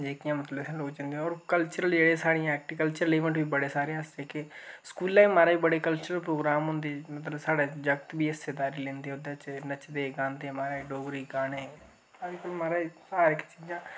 जेह्कियां मतलब इत्थै लोक जंदे होर कल्चरली जेह्ड़ियां साढ़ियां कल्चरल इवेंट बी बड़े साढ़े आस्तै जेह्के स्कूलै च महाराज बड़े कल्चरल प्रोग्राम होंदे मतलब साढ़े जागत बी हिस्सेदारी लैंदे ओह्दे च नचदे गांदे महाराज डोगरी गाने अज्जकल महाराज हर इक चीज़ां